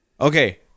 okay